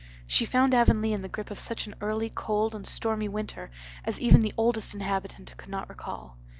she found avonlea in the grip of such an early, cold, and stormy winter as even the oldest inhabitant could not recall.